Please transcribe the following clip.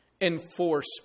enforce